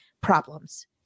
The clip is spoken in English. problems